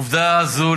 עובדה זו,